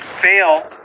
fail